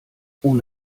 ohne